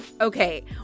Okay